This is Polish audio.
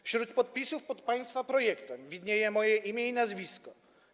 Wśród podpisów pod państwa projektem widnieje moje imię i nazwisko.